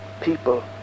People